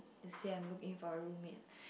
to say I'm looking for a roommate